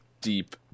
deep